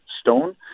Stone